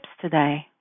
today